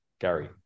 Gary